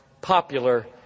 popular